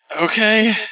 Okay